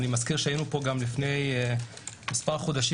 אני מזכיר שהיינו פה גם לפני מספר חודשים,